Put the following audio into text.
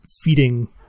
feeding